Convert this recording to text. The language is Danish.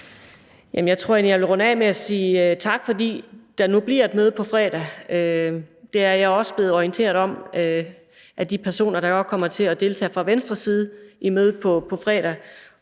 egentlig, jeg vil runde af med at sige tak for, at der nu bliver et møde på fredag. Det er jeg også blevet orienteret om af de personer, der også kommer til at deltage fra Venstre sides i mødet på fredag.